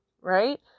right